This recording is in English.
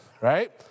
right